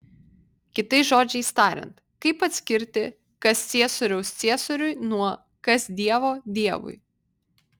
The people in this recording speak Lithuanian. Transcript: kitais žodžiais tariant kaip atskirti kas ciesoriaus ciesoriui nuo kas dievo dievui